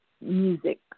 music